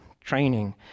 training